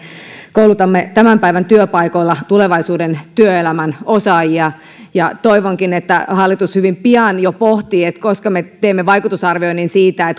koulutamme tämän päivän työpaikoilla tulevaisuuden työelämän osaajia toivonkin että hallitus jo hyvin pian pohtii milloin me teemme vaikutusarvioinnin siitä